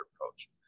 approach